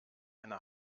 eine